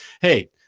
hey